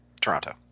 Toronto